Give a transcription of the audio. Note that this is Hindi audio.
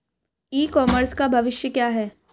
ई कॉमर्स का भविष्य क्या है?